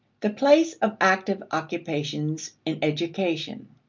the place of active occupations in education.